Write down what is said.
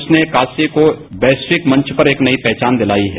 उसने काशी को वैश्विक मंच पर एक नई पहचान दिलाई है